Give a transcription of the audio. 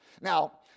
Now